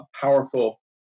powerful